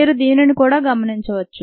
మీరు దీనిని కూడా గమనించవచ్చు